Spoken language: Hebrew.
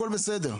הכול בסדר.